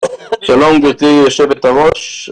שלום גברתי יושבת הראש.